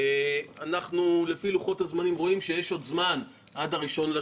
אני יכול להגיד לך שניסינו לעשות את זה בממשלת